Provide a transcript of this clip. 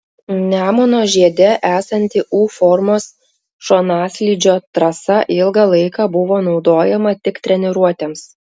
nemuno žiede esanti u formos šonaslydžio trasa ilgą laiką buvo naudojama tik treniruotėms